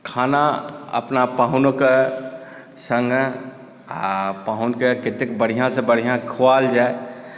खाना अपना पाहूनके सङ्गे आ पाहूनकेँ कतेक बढ़िआसँ बढ़िआँ खुआयल जाय